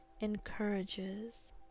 encourages